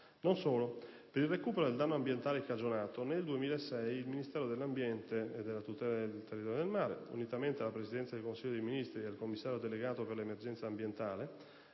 Non solo. Per il recupero del danno ambientale cagionato, nel 2006 il Ministero dell'ambiente e della tutela del territorio e del mare, unitamente alla Presidenza del Consiglio dei ministri ed al Commissario delegato per l'emergenza ambientale,